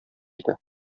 иде